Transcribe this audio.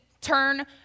turn